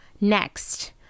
Next